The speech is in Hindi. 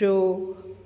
जो